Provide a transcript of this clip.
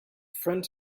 front